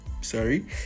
Sorry